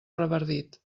revardit